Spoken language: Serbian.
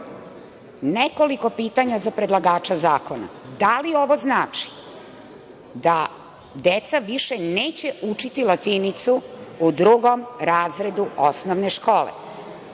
nekoliko pitanja za predlagača zakona: Da li ovo znači da deca više neće učiti latinicu u drugom razredu osnovne škole?